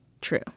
true